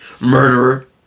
Murderer